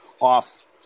off